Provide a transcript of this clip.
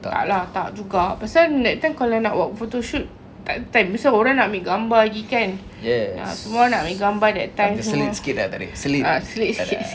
tak lah tak juga pasal kalau nak buat photoshoot tak ada time mesti orang nak ambil gambar lagi kan ha semua orang nak ambil gambar that time semua ha selit sikit